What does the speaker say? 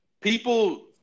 People